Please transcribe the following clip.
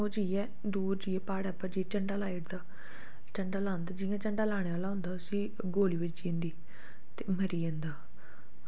ओह् दूर प्हाड़े पर जाइयै झंडा लाई ओड़दा जियां झंडा लाने आह्ला होंदा उसी गोली बज्जी जंदी ते ओह् मरी जंदा